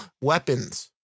weapons